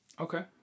Okay